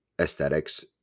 aesthetics